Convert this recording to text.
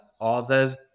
others